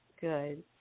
good